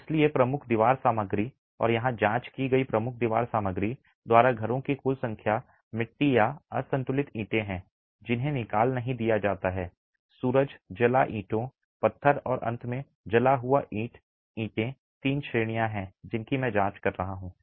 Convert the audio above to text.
इसलिए प्रमुख दीवार सामग्री और यहां जांच की गई प्रमुख दीवार सामग्री द्वारा घरों की कुल संख्या मिट्टी या असंतुलित ईंटें हैं जिन्हें निकाल नहीं दिया जाता है सूरज जला ईंटों पत्थर और अंत में जला हुआ ईंट ईंटें तीन श्रेणियां हैं जिनकी मैं जांच कर रहा हूं